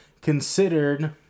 considered